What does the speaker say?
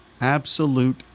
absolute